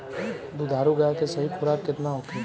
दुधारू गाय के सही खुराक केतना होखे?